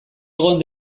egon